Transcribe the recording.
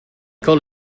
call